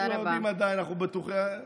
הם לא יודעים עדיין, תודה רבה.